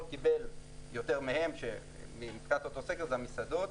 קיבל יותר מהם מבחינת אותו סקר זה המסעדות.